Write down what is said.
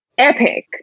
Epic